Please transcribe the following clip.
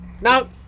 now